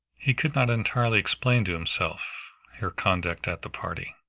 he could not entirely explain to himself her conduct at the party.